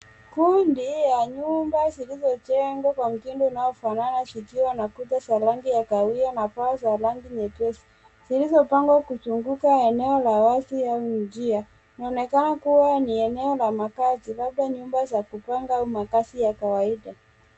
Kundi ya nyumba zilizojengwa kwa mtindo unaofanana zikiwa na kuta za rangi ya kahawia na bati za rangi nyepesi zilizopangwa kuzunguka eneo la wazi ya njia inaonekana kua ni eneo la makazi labda nyumba za kupanga.